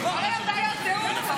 כל היום בעיות זהות.